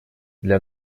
для